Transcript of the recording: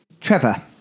Trevor